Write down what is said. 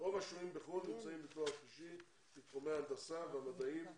רוב השוהים בחו"ל בעלי תואר שלישי בתחומי ההנדסה והמדעים ורופאים,